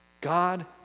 God